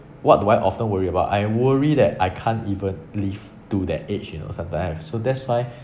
what do I often worry about I worry that I can't even live to that age you know sometime I so that's why